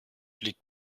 liegt